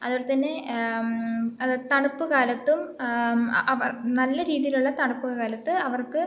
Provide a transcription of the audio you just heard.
അതുപോലെത്തന്നെ അതു തണുപ്പു കാലത്തും അവർ നല്ല രീതിയിലുള്ള തണുപ്പ് കാലത്ത് അവർക്ക്